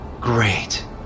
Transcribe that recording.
Great